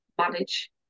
manage